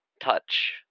touch